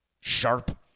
sharp